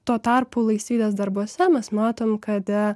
tuo tarpu laisvydės darbuose mes matom kad